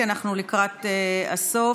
כי אנחנו לקראת הסוף.